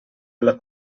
alla